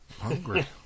Hungry